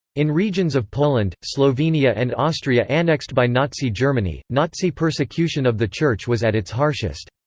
in regions of poland, slovenia and austria annexed by nazi germany, nazi persecution of the church was at its harshest.